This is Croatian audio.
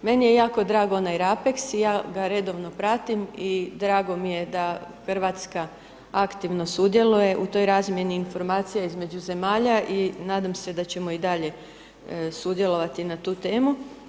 je jako drago onaj rapeks i ja ga redovno pratim i drago mi je da Hrvatska aktivno sudjeluje u toj razmjeni informacija između zemalja i nadam se da ćemo i dalje sudjelovati na tu temu.